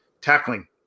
tackling